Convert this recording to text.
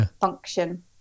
function